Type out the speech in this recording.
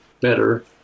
better